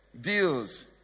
deals